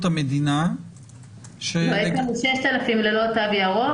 המדינה --- יש לנו 6,000 ללא תו ירוק,